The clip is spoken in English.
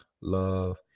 love